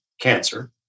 cancer